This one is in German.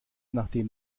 nachdem